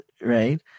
right